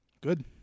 Good